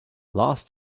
last